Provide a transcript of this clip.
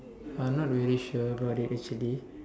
I'm not very sure about it actually